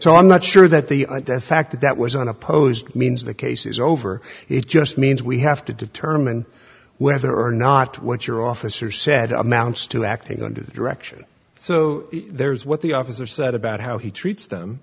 but i'm not sure that the death fact that was unopposed means the case is over it just means we have to determine whether or not what your officer said amounts to acting under the direction so there's what the officer said about how he treats them